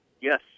Yes